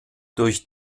durch